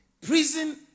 prison